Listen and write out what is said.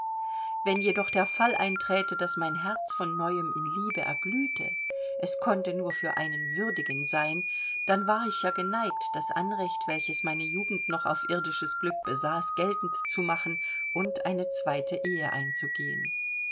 wenn jedoch der fall einträte daß mein herz von neuem in liebe erglühte es konnte nur für einen würdigen sein dann war ich ja geneigt das anrecht welches meine jugend noch auf irdisches glück besaß geltend zu machen und eine zweite ehe einzugehen